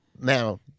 now